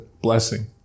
blessing